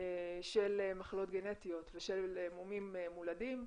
של מחלות גנטיות ושל מומים מולדים,